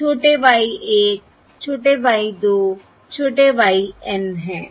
छोटे y 1 छोटे y 2 छोटे y N हैं